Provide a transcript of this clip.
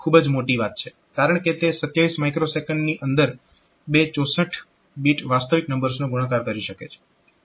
તો આ એક ખૂબ જ મોટી વાત છે કારણકે તે 27 µS ની અંદર બે 64 બીટ વાસ્તવિક નંબર્સનો ગુણાકાર કરી શકે છે